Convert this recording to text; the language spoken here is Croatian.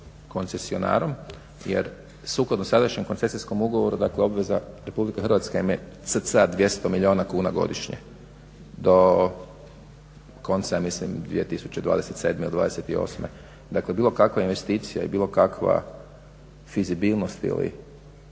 koncesionarom jer sukladno sadašnjem koncesijskom ugovoru obveza RH je cca 200 milijuna kuna godišnje do konca 2027.ili 28., dakle bilo kakva investicija i bilo kakva fizibilnost ili